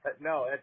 No